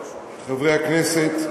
חברי הכנסת,